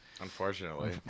Unfortunately